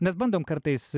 mes bandom kartais